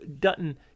Dutton